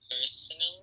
Personally